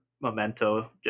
Memento